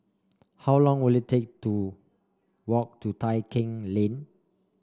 how long will it take to walk to Tai Keng Lane